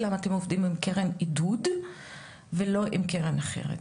למה אתם עובדים עם קרן עידוד ולא עם קרן אחרת,